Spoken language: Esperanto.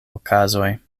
okazoj